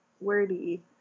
wordy